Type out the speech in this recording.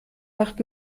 macht